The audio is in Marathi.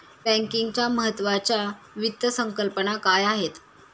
बँकिंगच्या महत्त्वाच्या वित्त संकल्पना काय आहेत?